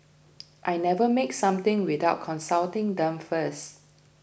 I never make something without consulting them first